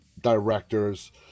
directors